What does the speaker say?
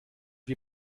wir